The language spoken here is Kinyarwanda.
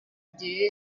igihe